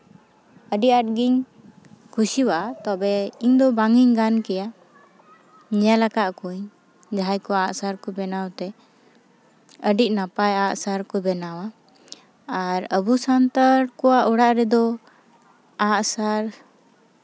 ᱟᱹᱰᱤ ᱟᱸᱴᱜᱤᱧ ᱠᱩᱥᱤᱭᱟᱜᱼᱟ ᱛᱚᱵᱮ ᱤᱧ ᱫᱚ ᱵᱟᱝ ᱤᱧ ᱜᱟᱱ ᱠᱮᱭᱟ ᱧᱮᱞ ᱟᱠᱟᱫ ᱠᱚᱣᱟᱹᱧ ᱡᱟᱦᱟᱸᱭ ᱠᱚ ᱟᱸᱜᱼᱥᱟᱨ ᱠᱚ ᱵᱮᱱᱟᱣ ᱛᱮ ᱟᱹᱰᱤ ᱱᱟᱯᱟᱭ ᱟᱸᱜᱼᱥᱟᱨ ᱠᱚ ᱵᱮᱱᱟᱣᱟ ᱟᱨ ᱟᱵᱚ ᱥᱟᱱᱛᱟᱲ ᱠᱚᱣᱟᱜ ᱚᱲᱟᱜ ᱨᱮᱫᱚ ᱟᱸᱜᱼᱥᱟᱨ